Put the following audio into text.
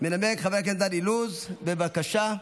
מנמק חבר הכנסת דן אילוז, בבקשה.